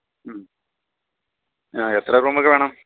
മ് ആ എത്ര റൂമൊക്കെ വേണം